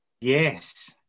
yes